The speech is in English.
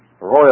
royal